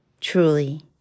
truly